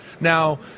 Now